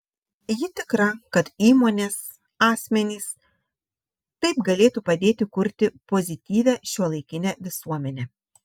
ji tikra kad įmonės asmenys taip galėtų padėti kurti pozityvią šiuolaikinę visuomenę